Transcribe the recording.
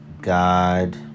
God